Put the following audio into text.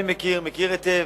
גם את זה אני מכיר, מכיר היטב.